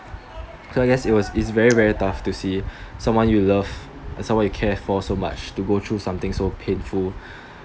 so I guess is very very tough to see someone you loved and someone you care for so much to go through something so painful